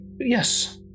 Yes